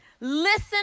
Listen